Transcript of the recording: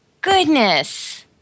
goodness